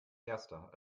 erster